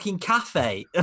cafe